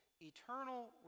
eternal